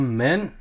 Amen